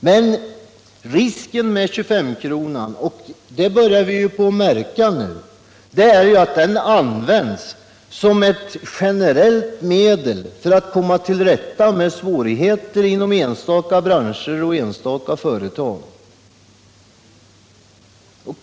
Men vi börjar märka att risken med 25-kronan är att den används som ett generellt medel för att man skall komma till rätta med svårigheter inom enstaka branscher och enstaka företag.